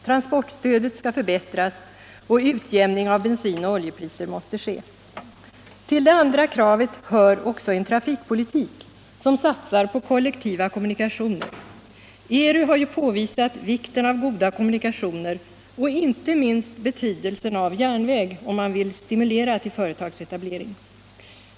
Transportstödet skall förbättras och en utjämning av bensinoch oljepriser måste ske. Till det andra kravet hör också en trafikpolitik som satsar på kollektiva kommunikationer. ERU har ju påvisat vikten av goda kommunikationer och inte minst betydelsen av järnväg, om man vill stimulera till företagsetablering.